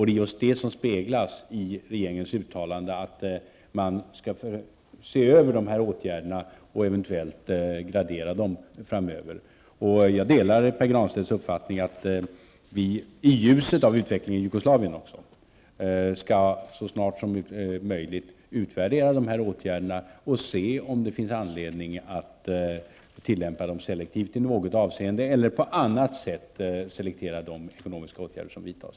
Det är just det som speglas i regeringens uttalande att man skall se över dessa åtgärder och eventuellt gradera dem framöver. Jag delar Pär Granstedts uppfattning att vi, också i ljuset av utvecklingen i Jugoslavien, så snart som möjligt skall utvärdera åtgärderna och se om det finns anledning att tillämpa dem selektivt i något avseende eller på annat sätt selektera de ekonomiska åtgärder som vidtas.